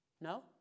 No